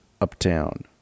Uptown